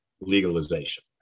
legalization